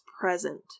present